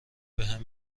بهم